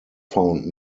found